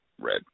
red